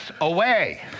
away